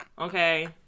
Okay